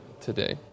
today